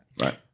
right